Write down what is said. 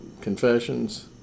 confessions